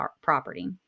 property